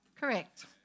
Correct